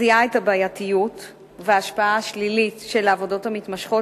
זיהה את הבעייתיות וההשפעה השלילית של העבודות המתמשכות